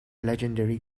legendary